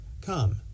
Come